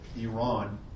Iran